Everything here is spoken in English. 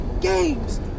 games